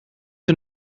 hun